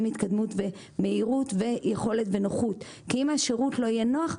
התקדמות ומהירות ויכולת ונוחות כי אם השירות לא יהיה נוח,